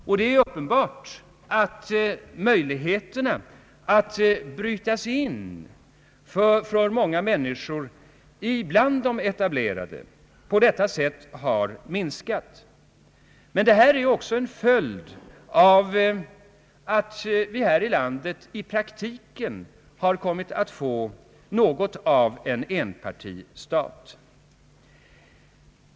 För många människor har möjligheterna därigenom minskat att bryta sig in. Men detta är också en följd av att vi här i landet i praktiken har kommit att få något av en enpartistat.